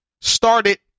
started